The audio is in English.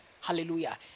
Hallelujah